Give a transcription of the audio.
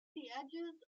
edges